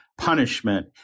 Punishment